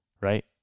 right